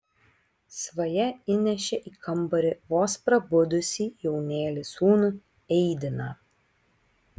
svaja įnešė į kambarį vos prabudusį jaunėlį sūnų eidiną